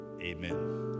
amen